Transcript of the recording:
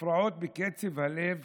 הפרעות בקצב הלב,